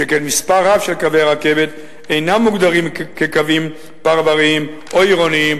שכן מספר רב של קווי רכבת אינם מוגדרים כקווים פרבריים או עירוניים